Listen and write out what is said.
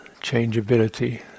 changeability